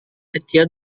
kecil